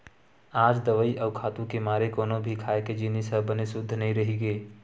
आज दवई अउ खातू के मारे कोनो भी खाए के जिनिस ह बने सुद्ध नइ रहि गे